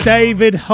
David